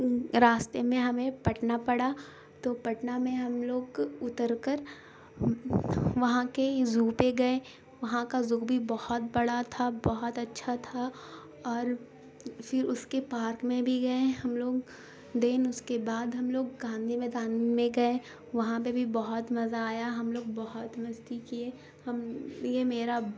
راستے میں ہمیں پٹن پڑا تو پٹنہ میں ہم لوگ اتر کر وہاں کے زو پہ گئے وہاں کا زو بھی بہت بڑا تھا بہت اچھا تھا اور پھر اس کے پارک میں بھی گئے ہم لوگ دین اس کے بعد ہم لوگ گاندھی میدان میں گئے وہاں پہ بھی بہت مزہ آیا ہم لوگ بہت مستی کیے ہم یہ میرا